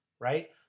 right